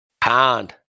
Pound